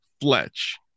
Fletch